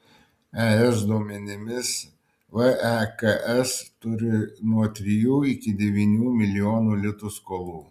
es duomenimis veks turi nuo trijų iki devynių milijonų litų skolų